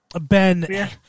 Ben